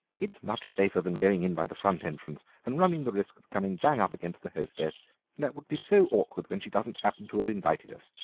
it's much safer than going in by the front entrance and running the risk of coming bang up against the hostess that would be so awkward when she doesn't happen to have invited us.